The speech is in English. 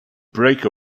break